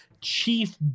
chief